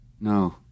No